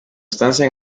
estancia